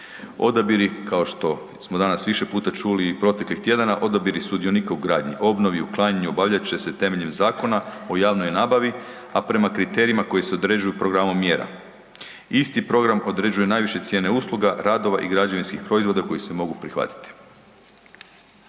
Odabiri, kao što smo danas više puta čuli i proteklih tjedana, odabiri sudionika u gradnji, obnovi i uklanjanju obavljat će se temeljem Zakona o javnoj nabavi, a prema kriterijima koji se određuju programom mjera. Isti program određuje najviše cijene usluga, radova i građevinskih proizvoda koji se mogu prihvatiti.